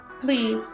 please